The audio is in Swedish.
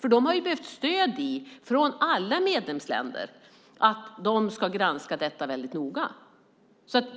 Kommissionen har behövt stöd från alla medlemsländer för att granska detta mycket noga.